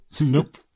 nope